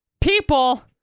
people